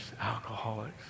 alcoholics